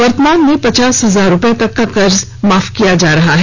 वर्तमान में पचास हजार रूपये तक का कर्ज माफ किया जा रहा है